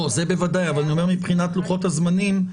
זה בוודאי, אבל אני אומר מבחינת לוחות הזמנים.